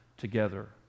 together